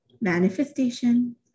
manifestation